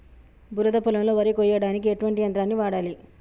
బురద పొలంలో వరి కొయ్యడానికి ఎటువంటి యంత్రాన్ని వాడాలి?